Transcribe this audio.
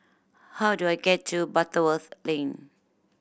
how do I get to Butterworth Lane